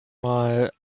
mal